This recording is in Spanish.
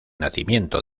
nacimiento